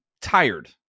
tired